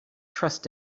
trust